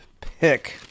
pick